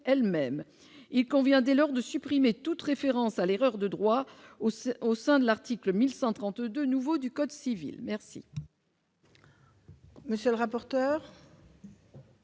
il convient dès lors de supprimer toute référence à l'erreur de droit aussi au sein de l'article 1132 nouveaux du code civil, merci.